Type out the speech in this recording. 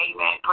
Amen